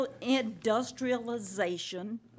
industrialization